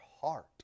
heart